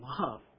love